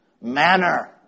manner